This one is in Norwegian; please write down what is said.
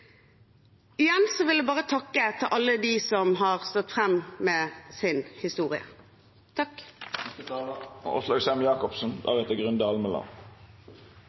Igjen vil jeg bare takke alle dem som har stått fram med sin historie.